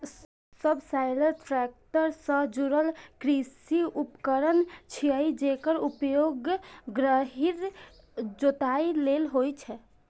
subsoiler tractor सं जुड़ल कृषि उपकरण छियै, जेकर उपयोग गहींर जोताइ लेल होइ छै